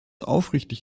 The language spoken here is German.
aufrichtig